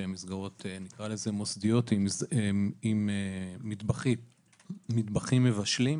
שהן מסגרות מוסדיות עם מטבחים מבשלים.